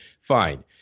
fine